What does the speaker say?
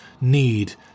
need